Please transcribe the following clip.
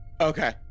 Okay